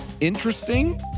interesting